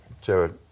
Jared